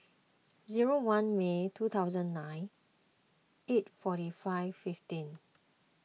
zero one May two thousand nine eight forty five fifteen